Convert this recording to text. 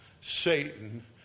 Satan